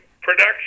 production